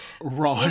Right